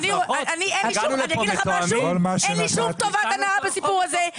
כן, אין לי שום טובת הנאה בסיפור הזה.